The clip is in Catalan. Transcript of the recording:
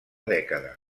dècada